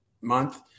month